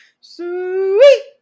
Sweet